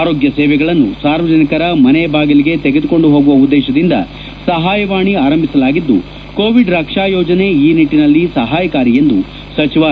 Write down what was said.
ಆರೋಗ್ಯ ಸೇವೆಗಳನ್ನು ಸಾರ್ವಜನಿಕರ ಮನೆ ಬಾಗಿಲಿಗೆ ತೆಗೆದುಕೊಂದು ಹೋಗುವ ಉದ್ದೇಶದಿಂದ ಸಹಾಯವಾಣಿ ಆರಂಭಿಸಲಾಗಿದ್ದು ಕೋವಿಡ್ ರಕ್ಷಾ ಯೋಜನೆ ಈ ನಿಟ್ಟಿನಲ್ಲಿ ಸಹಾಯಕಾರಿ ಎಂದು ಸಚಿವ ಆರ್